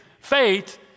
Faith